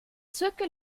zirkel